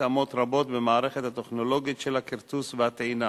התאמות רבות במערכות הטכנולוגיות של הכרטוס והטעינה.